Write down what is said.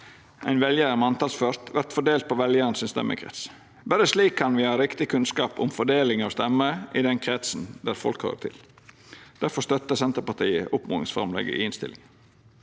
ein veljar er manntalsført, vert fordelt på veljaren sin stemmekrets. Berre slik kan me ha riktig kunnskap om fordeling av stemmer i den kretsen der folk høyrer til. Derfor støttar Senterpartiet oppmodingsframlegget i innstillinga.